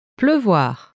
Pleuvoir